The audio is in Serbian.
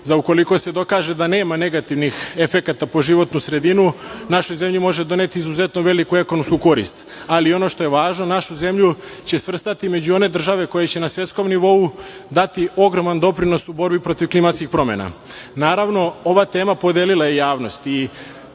ukoliko se dokaže da nema negativnih efekata po životnu sredinu, našoj zemlji može doneti izuzetno veliku ekonomsku korist, ali ono što je važno jeste da će našu zemlju svrstati među one države koje će na svetskom nivou dati ogroman doprinos u borbi protiv klimatskih promena. Naravno ova tema podelila je javnost i